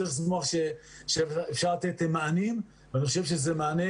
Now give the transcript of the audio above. צריך לשמוח על שאפשר לתת מענה ואני חושב שזה מענה,